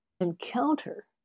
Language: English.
encounter